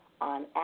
on